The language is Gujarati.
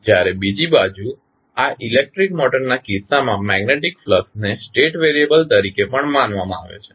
જ્યારે બીજી બાજુ આ ઇલેક્ટ્રિક મોટરના કિસ્સામાં મેગ્નેટીક ફ્લક્સ ને સ્ટેટ વેરીયબલ તરીકે પણ માનવામાં આવે છે